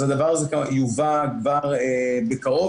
אז הדבר, כמובן, יובא כבר בקרוב.